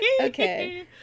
okay